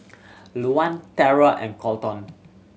Louann Terra and Colton